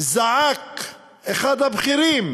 החינוך זעק אחד הבכירים,